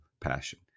passion